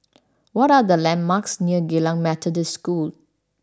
what are the landmarks near Geylang Methodist School